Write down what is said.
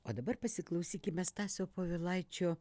o dabar pasiklausykime stasio povilaičio